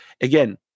again